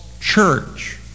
church